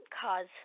cause